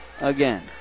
again